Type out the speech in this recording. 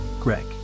Greg